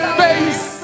face